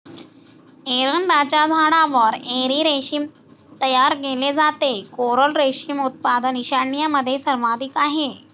एरंडाच्या झाडावर एरी रेशीम तयार केले जाते, कोरल रेशीम उत्पादन ईशान्येमध्ये सर्वाधिक आहे